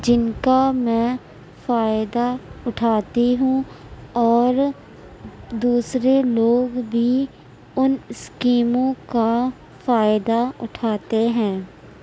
جن کا میں فائدہ اٹھاتی ہوں اور دوسرے لوگ بھی ان اسکیموں کا فائدہ اٹھاتے ہیں